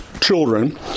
children